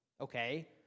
okay